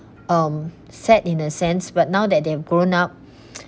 um sad in a sense but now that they've grown up